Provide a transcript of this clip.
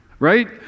right